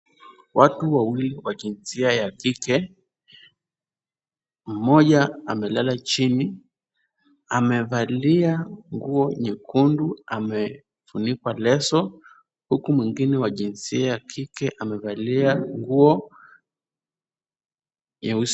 Watu wawili wa jinsia ya kike. Mmoja amelala chini. Amevalia nguo nyekundu, amefunikwa leso huku mwingine wa jinsia ya kike amevalia nguo nyeusi.